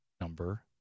number